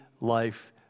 life